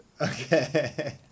Okay